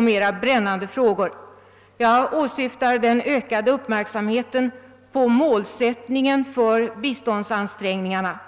mera brännande frågor. Jag åsyftar den ökade uppmärksamheten på målsättningen för biståndsansträngningarna.